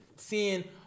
Seeing